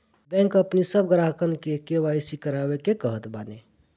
bank अपनी सब ग्राहकन के के.वाई.सी करवावे के कहत बाने